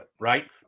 right